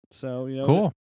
Cool